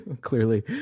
clearly